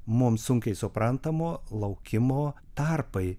mums sunkiai suprantamo laukimo tarpai